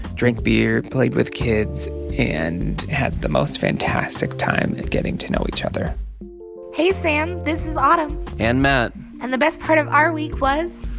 drank beer, played with kids and had the most fantastic time at getting to know each other hey, sam. this is autumn and matt and the best part of our week was.